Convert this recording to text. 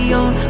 on